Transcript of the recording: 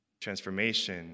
transformation